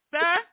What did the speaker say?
Sir